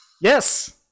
Yes